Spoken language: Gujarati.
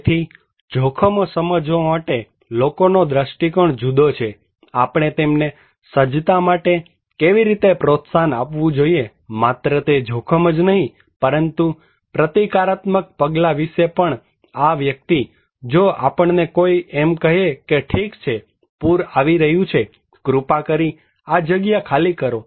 તેથી જોખમો સમજવા માટે લોકોનો જુદો દ્રષ્ટિકોણ છે આપણે તેમને સજ્જતા માટે કેવી રીતે પ્રોત્સાહન આપવું જોઇએ માત્ર તે જોખમ જ નહીં પરંતુ પ્રતિકારાત્મક પગલાં વિશે પણઆ વ્યક્તિ જો આપણે કોઈને એમ કહીએ કે ઠીક છે પૂર આવી રહ્યું છે કૃપા કરી આ જગ્યા ખાલી કરો